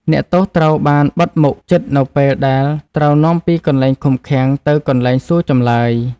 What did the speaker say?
អ្នកទោសត្រូវបានបិទមុខជិតនៅពេលដែលត្រូវនាំពីកន្លែងឃុំឃាំងទៅកន្លែងសួរចម្លើយ។